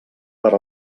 per